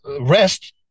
rest